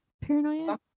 Paranoia